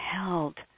held